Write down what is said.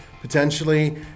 potentially